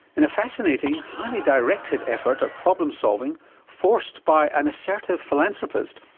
in a fascinating, highly directed effort at problem solving forced by an assertive philanthropist,